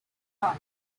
hall